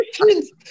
questions